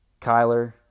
Kyler